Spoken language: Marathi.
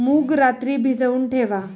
मूग रात्री भिजवून ठेवा